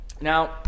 Now